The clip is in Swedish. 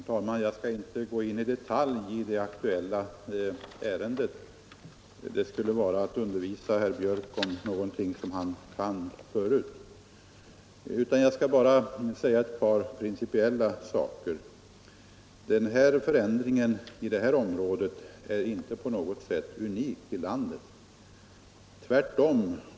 Herr talman! Jag skall inte i detalj gå in på det aktuella ärendet — det skulle vara att undervisa herr Björk i Gävle om någonting som han kan förut — utan jag vill bara anföra ett par principiella synpunkter. Förändringen i det här området är inte på något sätt unik i landet.